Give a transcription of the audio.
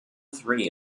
three